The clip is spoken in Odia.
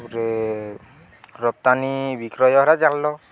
ଉପରେ ରପ୍ତାନି ବିକ୍ରୟ ହରା ଜାନିଲ